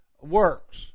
works